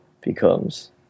becomes